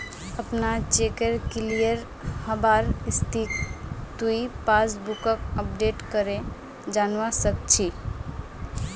अपनार चेकेर क्लियर हबार स्थितिक तुइ पासबुकक अपडेट करे जानवा सक छी